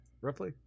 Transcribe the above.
roughly